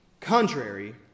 contrary